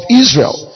israel